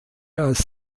als